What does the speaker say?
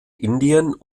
indien